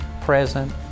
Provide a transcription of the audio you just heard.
present